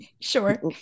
Sure